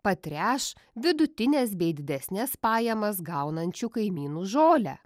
patręš vidutines bei didesnes pajamas gaunančių kaimynų žolę